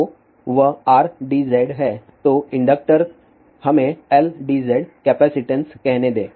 तो वह Rdz है तो इंडक्टर हमें Ldz कैपेसिटेंस कहने दें